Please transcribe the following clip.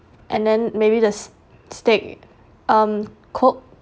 and then maybe the s~ steak um coke